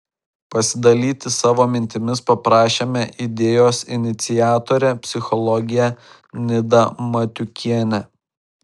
pasidalyti savo mintimis paprašėme idėjos iniciatorę psichologę nidą matiukienę